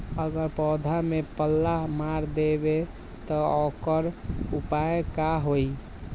अगर पौधा में पल्ला मार देबे त औकर उपाय का होई?